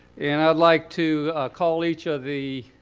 and i'd like to call each of the